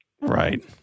Right